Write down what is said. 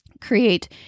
create